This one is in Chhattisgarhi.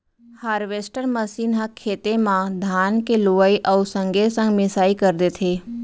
हारवेस्टर मसीन ह खेते म धान के लुवई अउ संगे संग मिंसाई कर देथे